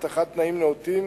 הבטחת תנאים נאותים